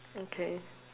okay